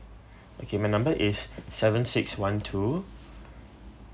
okay my number is seven six one two